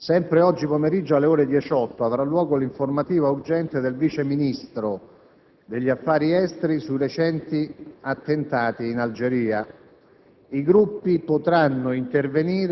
Sempre oggi pomeriggio, alle ore 18, avrà luogo l'informativa urgente del Vice Ministro agli affari esteri sui recenti attentati in Algeria.